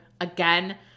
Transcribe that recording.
again